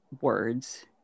words